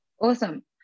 Awesome